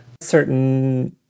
certain